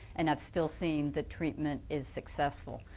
and have still seen the treatment is successful.